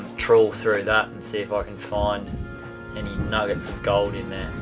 troll through that and see if i can find any nuggets of gold in there.